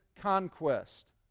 conquest